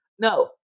no